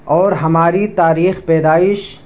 اور ہماری تاریخ پیدائش